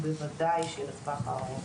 ובוודאי שלטווח הארוך.